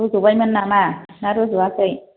रज'बायमोन नामा ना रज'आखै